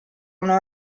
non